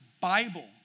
Bible